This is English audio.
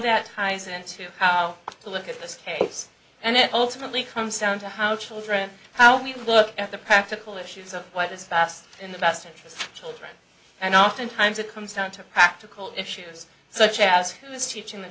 that ties into how to look at this case and it ultimately comes down to how children how we look at the practical issues of why this fast in the best interest and oftentimes it comes down to practical issues such as who is teaching the